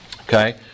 okay